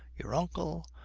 your uncle,